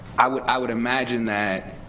i would i would imagine that